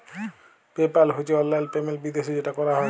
pay পাল হছে অললাইল payment বিদ্যাশে যেট ক্যরা হ্যয়